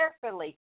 carefully